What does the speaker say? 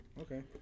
Okay